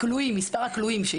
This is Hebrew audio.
מספר הכלואים.